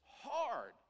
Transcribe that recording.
hard